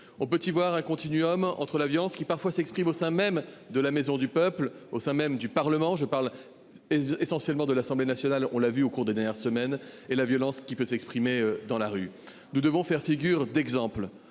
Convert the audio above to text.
On peut y voir un continuum entre la violence qui parfois s'exprime au sein même de la maison du peuple au sein même du Parlement je parle. Essentiellement de l'Assemblée nationale, on l'a vu au cours des dernières semaines et la violence qui peut s'exprimer dans la rue. Nous devons faire figure d'exemple,